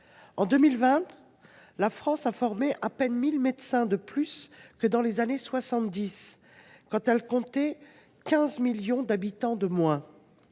En 2020, la France a formé à peine 1 000 médecins de plus que dans les années 1970, quand elle comptait 15 millions d’habitants de moins.